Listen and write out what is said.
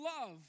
love